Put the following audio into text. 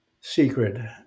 secret